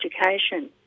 education